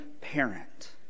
parent